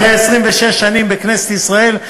אחרי 26 שנים בכנסת ישראל,